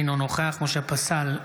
אינו נוכח משה פסל,